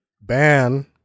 ban